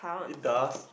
it does